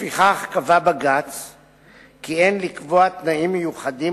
לפיכך קבע בג"ץ כי אין לקבוע תנאים מיוחדים